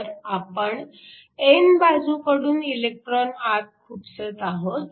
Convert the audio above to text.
तर आपण n बाजूकडून इलेक्ट्रॉन आत खुपसत आहोत